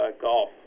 golf